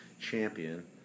champion